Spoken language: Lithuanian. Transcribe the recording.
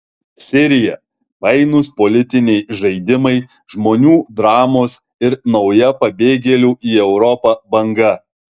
sirija painūs politiniai žaidimai žmonių dramos ir nauja pabėgėlių į europą banga